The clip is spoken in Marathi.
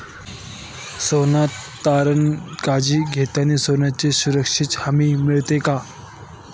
सोने तारण कर्ज घेताना सोन्याच्या सुरक्षेची हमी मिळते का?